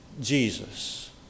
Jesus